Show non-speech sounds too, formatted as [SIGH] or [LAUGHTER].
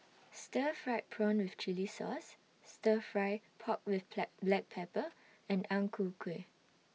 Stir Fried Prawn with Chili Sauce Stir Fry Pork with [UNINTELLIGIBLE] Black Pepper and Ang Ku Kueh